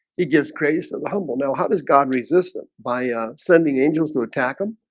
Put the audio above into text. he gives grace to the humble. now. how does god resist them by sending angels to attack him?